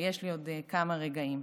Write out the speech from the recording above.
ויש לי עוד כמה רגעים.